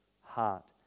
heart